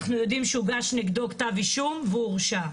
אנחנו יודעים שהוגש נגדו כתב אישום והוא הורשע.